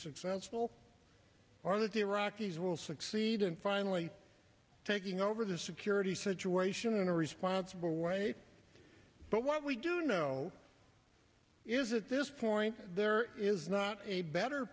successful or to do rock is will succeed and finally taking over the security situation in a responsible way but what we do know is at this point there is not a better